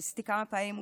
ניסיתי כמה פעמים.